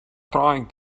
trying